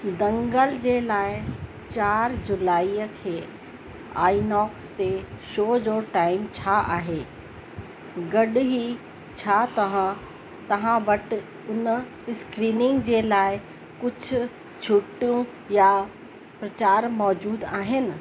दंगल जे लाइ चारि जुलाईअ खे आईनॉक्स ते शो जो टाइम छा आहे गॾु ई छा तव्हां तव्हां वटि इन स्क्रीनिंग जे लाइ कुझु छूटूं या प्रचार मौजूदु आहिनि